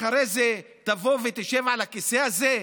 אחרי זה, תבוא ותשב על הכיסא הזה?